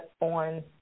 on